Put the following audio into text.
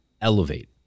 elevate